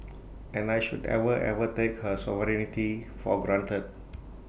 and I should ever ever take her sovereignty for granted